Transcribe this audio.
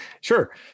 Sure